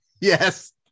Yes